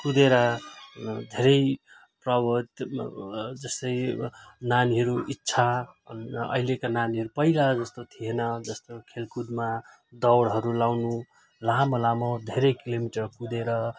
कुदेर धेरै प्रबोध जस्तै नानीहरू इच्छा अहिलेका नानीहरू पहिला जस्तो थिएन जस्तो खेलकुदमा दौडहरू लगाउनु लामो लामो धेरै किलोमिटर कुदेर